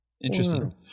interesting